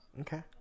Okay